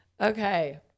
Okay